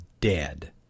dead